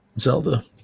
Zelda